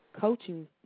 coaching